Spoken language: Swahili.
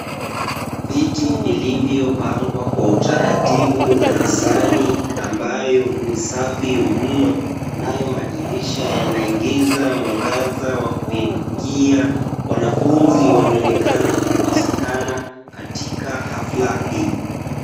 Viti vilivyopangwa kwa utaratibu darasani ambayo ni safi mno, nayo madirisha yanaingizia mwangaza wa kupindukia. Wanafunzi wanaonekana kukosekana katika hafla hii.